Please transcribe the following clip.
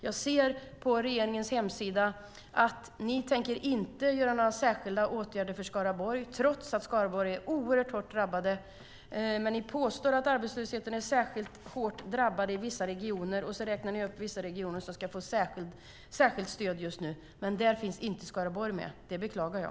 Jag ser på regeringens hemsida att man inte tänker vidta några särskilda åtgärder för Skaraborg, trots att Skaraborg är oerhört hårt drabbat. Regeringen påstår att arbetslösheten drabbat vissa regioner särskilt hårt och räknar sedan upp regioner som ska få särskilt stöd. Skaraborg finns inte med. Det beklagar jag.